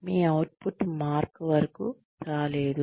మీ output mark వరకు రాలేదు